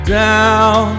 down